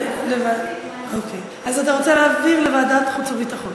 על ועדת משנה בוועדת חוץ וביטחון.